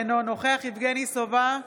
אינו נוכח יבגני סובה,